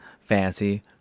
fancy